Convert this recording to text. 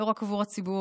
לא רק עבור הציבור,